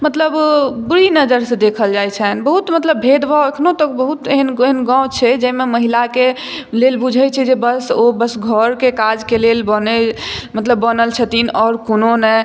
मतलब बुरी नजर से देखल जाइ छनि बहुत मतलब भेदभाव अखनौ तक बहुत एहन एहन गाँव छै जाहिमे महिलाके लेल बुझै छै जे बस ओ बस घरके काजके लेल बनै मतलब बनल छथिन और कोनो नै